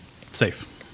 safe